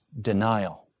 denial